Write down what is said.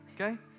okay